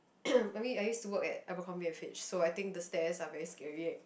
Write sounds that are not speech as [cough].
[coughs] I mean I used to work at Abercrombie and Fitch so I think the stairs are very scary eh